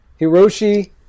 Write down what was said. Hiroshi –